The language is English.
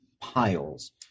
Piles